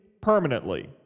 permanently